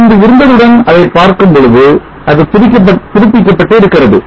முன்பு இருந்ததுடன் அதை பார்க்கும் பொழுது அது புதுப்பிக்கப்பட்டு இருக்கிறது